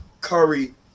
Curry